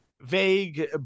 vague